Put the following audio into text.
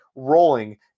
Rolling